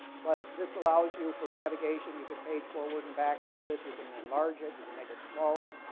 but this allows you for navigation, you can page forward and back through this. you can enlarge it. you can make it smaller.